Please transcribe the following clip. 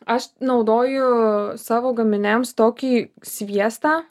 aš naudoju savo gaminiams tokį sviestą